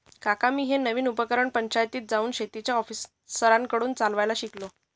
काका मी हे नवीन उपकरण पंचायतीत जाऊन शेतीच्या ऑफिसरांकडून चालवायला शिकलो